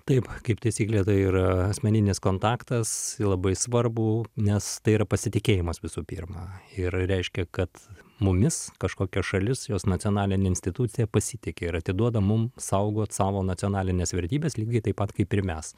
taip kaip taisyklė tai yra asmeninis kontaktas labai svarbu nes tai yra pasitikėjimas visų pirma ir reiškia kad mumis kažkokia šalis jos nacionalinė institucija pasitiki ir atiduoda mum saugot savo nacionalines vertybes lygiai taip pat kaip ir mes